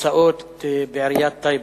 הוצאות בעיריית טייבה.